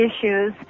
issues